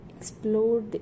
explore